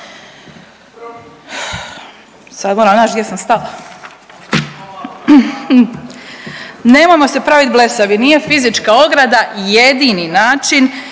Sad moram naći gdje sam stala. Nemojmo se praviti blesavi nije fizička ograda jedini način